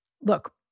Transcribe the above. look